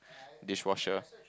dishwasher